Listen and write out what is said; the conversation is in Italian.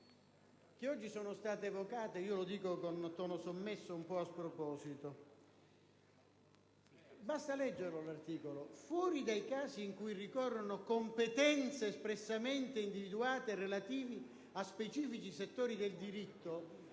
che oggi sono state evocate - lo dico con tono sommesso - un po' a sproposito. Basta leggere il testo che recita: «Fuori dai casi in cui ricorrono competenze espressamente individuate relative a specifici settori del diritto